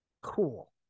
cool